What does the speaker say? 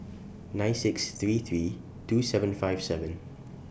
nine six three three two seven five seven